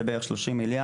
זה בערך 30 מיליארד,